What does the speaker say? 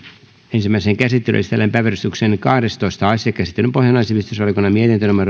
ensimmäiseen käsittelyyn esitellään päiväjärjestyksen kahdestoista asia käsittelyn pohjana on sivistysvaliokunnan mietintö